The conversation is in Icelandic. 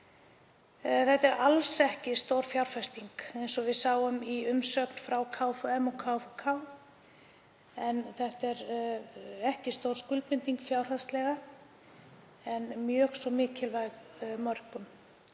Þetta er alls ekki stór fjárfesting, eins og við sáum í umsögn frá KFUM og KFUK, ekki stór skuldbinding fjárhagslega, en mjög svo mikilvæg.